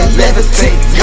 levitate